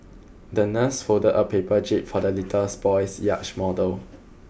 the nurse folded a paper jib for the little's boy's yacht model